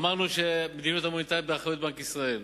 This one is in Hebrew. אמרנו שהמדיניות המוניטרית היא באחריות בנק ישראל